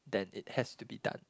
then it has to be done